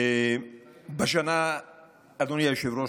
אדוני היושב-ראש,